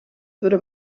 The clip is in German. würde